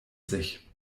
sich